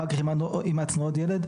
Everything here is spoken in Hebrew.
אחר כך אימצנו עוד ילד.